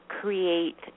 create